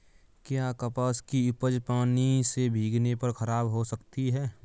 क्या कपास की उपज पानी से भीगने पर खराब हो सकती है?